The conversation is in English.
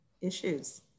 issues